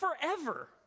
forever